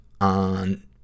on